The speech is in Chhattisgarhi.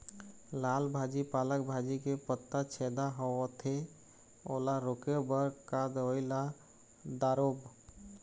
लाल भाजी पालक भाजी के पत्ता छेदा होवथे ओला रोके बर का दवई ला दारोब?